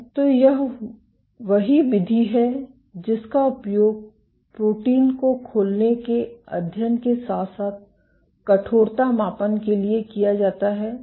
तो यह वही विधि है जिसका उपयोग प्रोटीन को खोलने के अध्ययन के साथ साथ कठोरता मापन के लिए किया जाता है